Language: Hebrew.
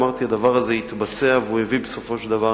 אמרתי: הדבר הזה יתבצע, והוא הביא בסופו של דבר